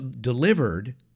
delivered